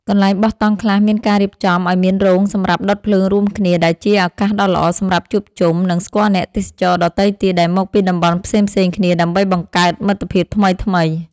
កន្លែងបោះតង់ខ្លះមានការរៀបចំឱ្យមានរោងសម្រាប់ដុតភ្លើងរួមគ្នាដែលជាឱកាសដ៏ល្អសម្រាប់ជួបជុំ និង ស្គាល់អ្នកទេសចរដទៃទៀតដែលមកពីតំបន់ផ្សេងៗគ្នាដើម្បីបង្កើតមិត្តភាពថ្មីៗ។